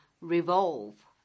revolve